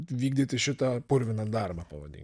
vykdyti šitą purviną darbą pavadink